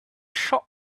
shop